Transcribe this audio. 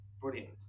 brilliant